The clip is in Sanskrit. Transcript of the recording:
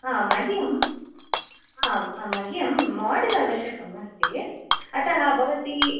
आम् मह्यं आम् मह्यं मोडल् आवश्यकम् अस्ति अतः भवती